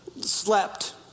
Slept